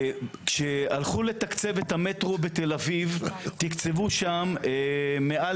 כשהלכו לתקצב את המטרו בתל אביב תקצבו שם מעל